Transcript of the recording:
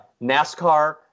NASCAR